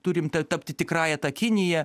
turim ta tapti tikrąja ta kinija